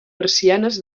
persianes